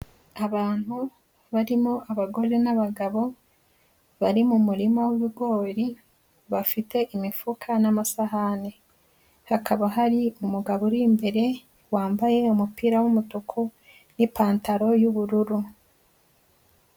Abantu barimo abagore n'abagabo, bari mu murima w'ibigori, bafite imifuka n'amasahani, hakaba hari umugabo uri imbere wambaye umupira w'umutuku n'ipantaro y'ubururu.